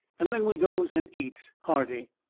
and then we goes and eats. hearty.